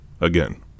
Again